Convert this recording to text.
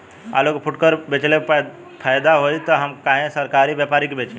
आलू के फूटकर बेंचले मे फैदा होई त हम काहे सरकारी व्यपरी के बेंचि?